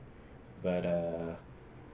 but err